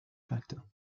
factor